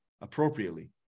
appropriately